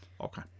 Okay